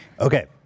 Okay